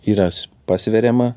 yra s pasveriama